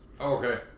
Okay